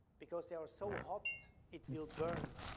because they are so hot it will burn.